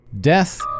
death